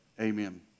amen